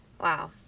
Wow